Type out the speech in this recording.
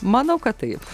manau kad taip